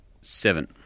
Seven